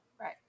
Right